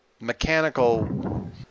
mechanical